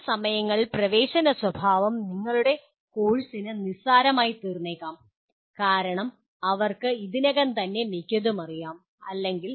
ചില സമയങ്ങളിൽ പ്രവേശന സ്വഭാവം നിങ്ങളുടെ കോഴ്സ്നിന് നിസ്സാരമായിത്തീർന്നേക്കാം കാരണം അവർക്ക് ഇതിനകം തന്നെ മിക്കതും അറിയാം അല്ലെങ്കിൽ